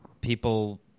people